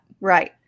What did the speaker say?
right